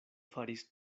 faris